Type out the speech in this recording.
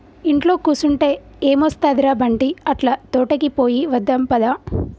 ఇంట్లో కుసంటే ఎం ఒస్తది ర బంటీ, అట్లా తోటకి పోయి వద్దాం పద